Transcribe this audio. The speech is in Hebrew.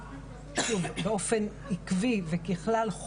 שוב, באופן עקבי וככלל, חוקרת,